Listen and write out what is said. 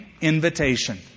invitation